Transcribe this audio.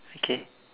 okay